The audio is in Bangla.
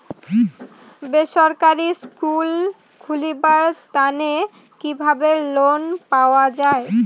বেসরকারি স্কুল খুলিবার তানে কিভাবে লোন পাওয়া যায়?